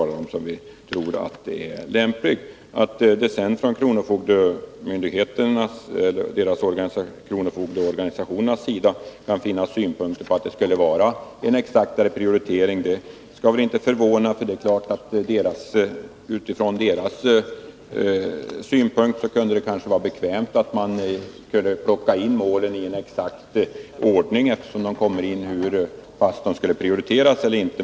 Att kronofogdarnas organisation sedan kan framföra åsikten att det vore bra med en exaktare prioritering är väl inte ägnat att förvåna. Det vore kanske ur deras synpunkt bekvämt att kunna behandla målen efter en exakt prioriteringsordning.